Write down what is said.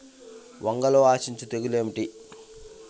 వంగలో ఆశించు తెగులు ఏమిటి?